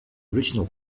original